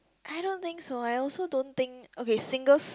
I don't think so I also don't think okay single